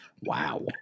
Wow